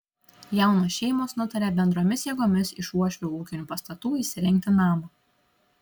jaunos šeimos nutarė bendromis jėgomis iš uošvių ūkinių pastatų įsirengti namą